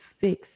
fix